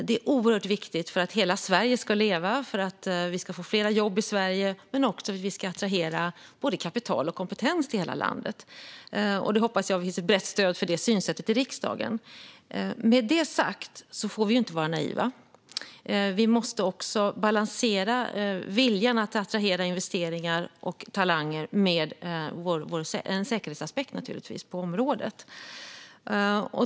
Det är oerhört viktigt för att hela Sverige ska leva och för att vi ska få fler jobb i Sverige och också att vi ska attrahera kapital och kompetens till hela landet. Jag hoppas att det finns ett brett stöd för det synsättet i riksdagen. Med det sagt får vi inte vara naiva. Vi måste balansera viljan att attrahera investeringar och talanger med en säkerhetsaspekt på området.